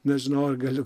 nežinau ar galiu